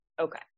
okay